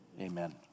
Amen